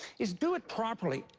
is do it properly.